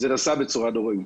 זה נעשה בצורה נוראית.